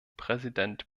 präsident